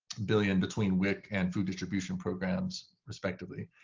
billion between wic and food distribution programs respectively.